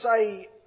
say